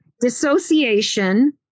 dissociation